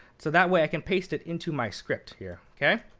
so that way i can paste it into my script here. ok?